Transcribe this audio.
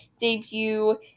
debut